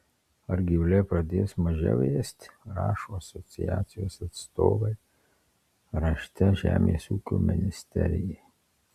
ar gyvuliai pradės mažiau ėsti rašo asociacijos atstovai rašte žemės ūkio ministerijai